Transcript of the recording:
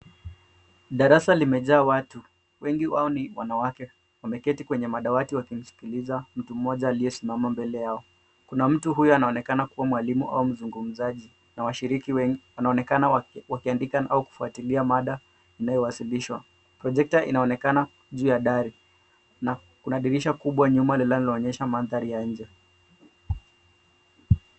Darasa limejaa watu, wengi wao ni wanawake. Wameketi kwenye madawati wakimsikiliza mtu mmoja aliyesimama mbele yao. Kuna mtu huyo anayeonekana kuwa mwalimu au mzungumzaji na washiriki wengi wanaonekana wakiandika au kufuatilia mada inayowasilishwa. Projekta inaonekana juu ya dari na kuna dirisha kubwa nyuma inayoonesha mandhari ya nje.